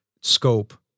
scope